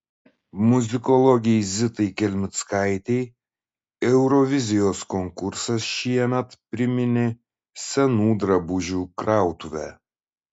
muzikologei zitai kelmickaitei eurovizijos konkursas šiemet priminė senų drabužių krautuvę